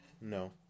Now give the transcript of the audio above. no